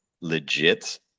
legit